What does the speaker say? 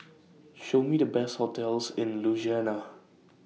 Show Me The Best hotels in Ljubljana